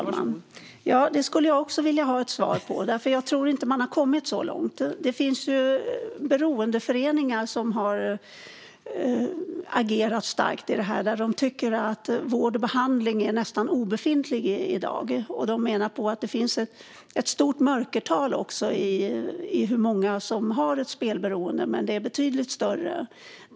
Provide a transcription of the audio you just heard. Fru talman! Det skulle jag också vilja ha svar på, men jag tror inte att man har kommit så långt. Det finns beroendeföreningar som har agerat starkt i dessa frågor. De tycker att tillgång till vård och behandling är nästan obefintlig i dag, och de menar på att det finns ett stort mörkertal i hur många som är spelberoende. Det är betydligt större.